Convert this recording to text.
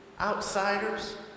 outsiders